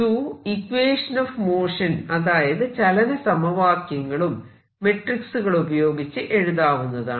2 equation of motion അതായത് ചലന സമവാക്യങ്ങളും മെട്രിക്സുകൾ ഉപയോഗിച്ച് എഴുതാവുന്നതാണ്